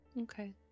Okay